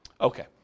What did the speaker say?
Okay